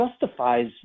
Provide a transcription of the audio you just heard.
justifies